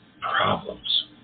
problems